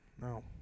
No